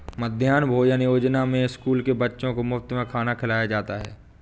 मध्याह्न भोजन योजना में स्कूल के बच्चों को मुफत में खाना खिलाया जाता है